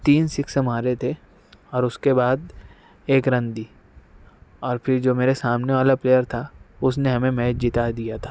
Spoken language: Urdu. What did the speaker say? تین سکسیں مارے تھے اور اس کے بعد ایک رن دی اور پھر جو میرے سامنے والا پلیئر تھا اس نے ہمیں میچ جتا دیا تھا